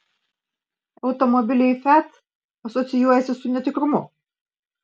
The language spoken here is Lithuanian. automobiliai fiat asocijuojasi su netikrumu